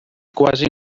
quasi